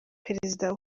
perezida